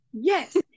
yes